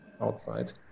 Outside